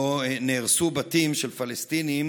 נהרסו בתים של פלסטינים,